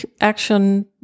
action